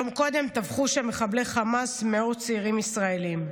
יום קודם טבחו שם מחבלי חמאס מאות צעירים ישראלים.